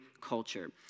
culture